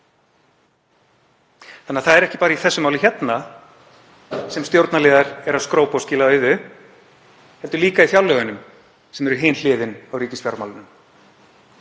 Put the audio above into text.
Það er því ekki bara í þessu máli sem stjórnarliðar eru að skrópa og skila auðu heldur líka í fjárlögunum sem eru hin hliðin á ríkisfjármálunum.